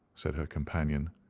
said her companion.